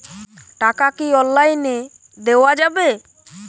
টাকা কি অনলাইনে দেওয়া যাবে?